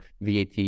VAT